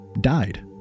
died